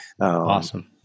Awesome